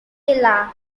villa